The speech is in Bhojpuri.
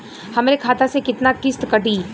हमरे खाता से कितना किस्त कटी?